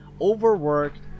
overworked